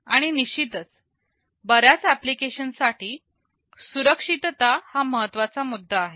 आणि निश्चितच बऱ्याच ऍप्लिकेशन साठी सुरक्षितता हा महत्त्वाचा मुद्दा आहे